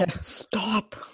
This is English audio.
stop